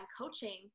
coaching